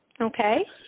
okay